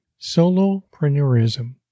Solopreneurism